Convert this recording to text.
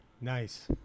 nice